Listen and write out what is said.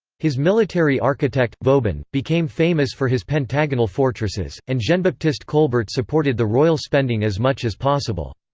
his military architect, vauban, became famous for his pentagonal fortresses, and jean-baptiste colbert supported the royal spending as much as possible.